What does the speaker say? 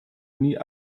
nie